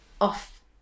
off